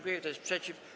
Kto jest przeciw?